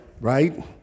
Right